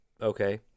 Okay